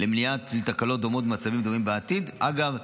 למניעה של תקלות דומות במצבים דומים בעתיד אגב,